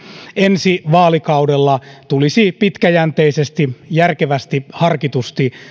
ensi vaalikaudella tulisi pitkäjänteisesti järkevästi harkitusti